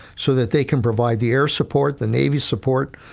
so that they can provide the air support, the navy support,